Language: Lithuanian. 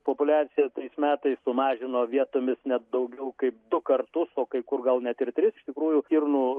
populiaciją tais metais sumažino vietomis net daugiau kaip du kartus o kai kur gal net ir tris iš tikrųjų stirnų